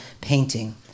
painting